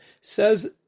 Says